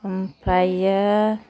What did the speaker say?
ओमफ्रायो